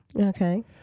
Okay